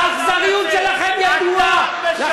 האכזריות שלכם ידועה, אתה משקר במצח נחושה.